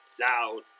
loud